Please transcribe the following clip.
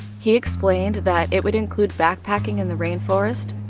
he explained that it would include backpacking in the rainforest,